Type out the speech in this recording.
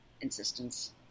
Insistence